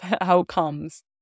outcomes